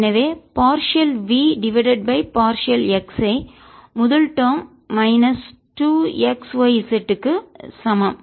எனவே partial v divided by partial x ஐ முதல் டேர்ம் மைனஸ் 2 xyz க்கு சமம்